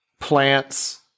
plants